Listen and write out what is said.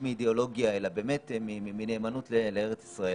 מאידאולוגיה אלא באמת מנאמנות לארץ ישראל.